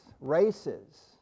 races